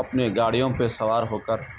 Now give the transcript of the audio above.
اپنے گاڑیوں پہ سوار ہو کر